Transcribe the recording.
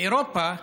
באירופה,